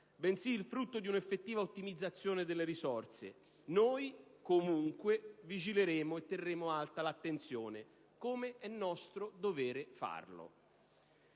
il frutto di un'effettiva ottimizzazione delle risorse. Noi, comunque, vigileremo e terremo alta l'attenzione, come è nostro dovere fare.